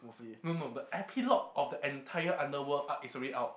no no the epilogue of the entire underworld arc is already out